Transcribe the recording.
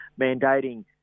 mandating